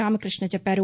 రామకృష్ణ చెప్పారు